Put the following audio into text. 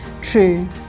True